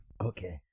Okay